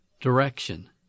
direction